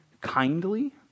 kindly